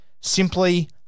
Simply